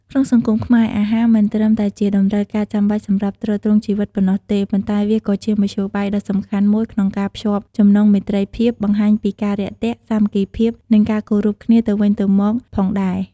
ក្នុងសង្គមខ្មែរ អាហារមិនត្រឹមតែជាតម្រូវការចាំបាច់សម្រាប់ទ្រទ្រង់ជីវិតប៉ុណ្ណោះទេ ប៉ុន្តែវាក៏ជាមធ្យោបាយដ៏សំខាន់មួយក្នុងការភ្ជាប់ចំណងមេត្រីភាព បង្ហាញពីការរាក់ទាក់ សាមគ្គីភាព និងការគោរពគ្នាទៅវិញទៅមកផងដែរ។